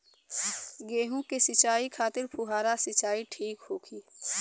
गेहूँ के सिंचाई खातिर फुहारा सिंचाई ठीक होखि?